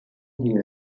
hear